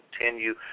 continue